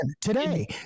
today